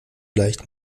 leicht